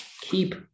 keep